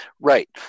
Right